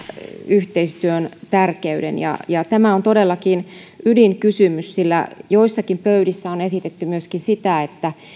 yhteistyön tärkeyden tämä on todellakin ydinkysymys sillä joissakin pöydissä on esitetty myöskin